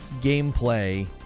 gameplay